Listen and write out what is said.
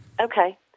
Okay